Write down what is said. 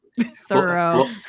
thorough